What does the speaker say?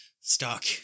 stuck